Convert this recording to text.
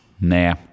nah